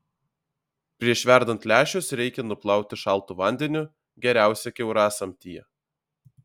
prieš verdant lęšius reikia nuplauti šaltu vandeniu geriausia kiaurasamtyje